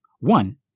One